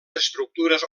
estructures